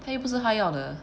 他又不是他要的